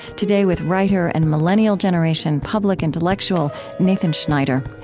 today with writer and millennial generation public intellectual nathan schneider.